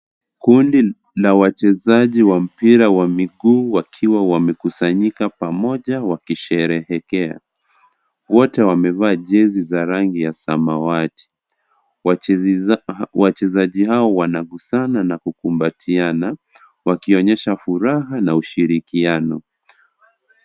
Kundi la wachezaji wa mpira wa miguu wakiwa wamekusanyika pamoja wakisherehekea wote wamevaa jezi za rangi ya samawati wachezaji hao wanagusana na kukumbatiana wakionyesha furaha na ushirikiano.